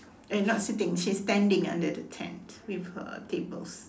eh not sitting she's standing under the tent with her tables